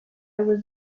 was